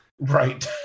Right